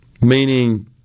meaning